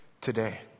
today